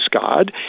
God